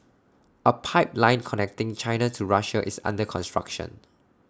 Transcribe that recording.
A pipeline connecting China to Russia is under construction